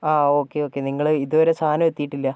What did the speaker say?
ആ okay okay നിങ്ങൾ ഇതുവരെ സാധനം എത്തീട്ടില്ല